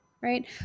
right